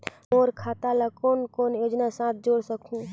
मोर खाता ला कौन कौन योजना साथ जोड़ सकहुं?